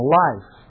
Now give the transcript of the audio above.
life